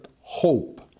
hope